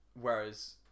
Whereas